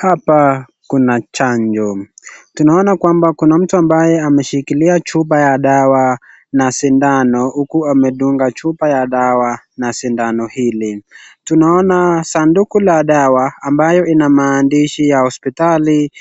Hapa Kuna chanjo, tunaona kwamba Kuna mtu ambaye ameshikilia chupa ya dawa na sindano huku amedunga chupa ya dawa na sindano hili, tunaona saduku la dawa ambayo inamaandishi ya hospitali